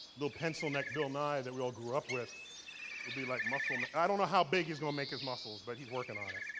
little pencil-neck bill nye that we all grew up will be like muscle i don't know how big he's going to make his muscles, but he's working on it.